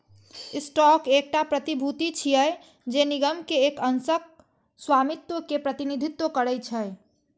stock एकटा प्रतिभूति छियै, जे निगम के एक अंशक स्वामित्व के प्रतिनिधित्व करै छै